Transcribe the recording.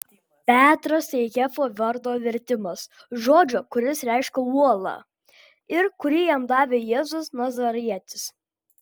petras tai kefo vardo vertimas žodžio kuris reiškia uolą ir kurį jam davė jėzus nazarietis